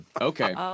Okay